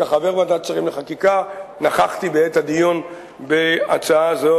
כחבר ועדת השרים לחקיקה נכחתי בעת הדיון בהצעה זו,